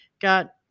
got